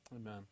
Amen